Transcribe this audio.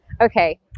okay